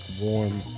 warm